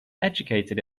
educated